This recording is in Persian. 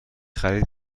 خرید